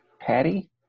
Patty